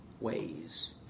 ways